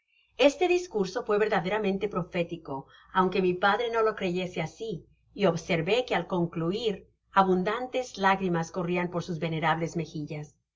este discurso fue verdaderamente profótico aunque mi padre no lo creyese así y observe que al concluir abundantes lágrimas corrian por sus venerables mejillas